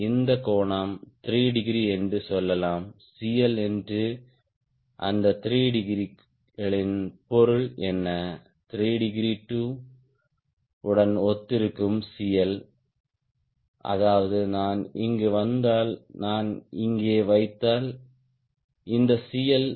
இந்த கோணம் 3 டிகிரி என்று சொல்லலாம் CL என்று அந்த 3 டிகிரிகளின் பொருள் என்ன 3 டிகிரி to உடன் ஒத்திருக்கும் CL அதாவது நான் இங்கு வந்தால் நான் இங்கே வைத்தால் இந்த CL 0